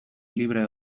libre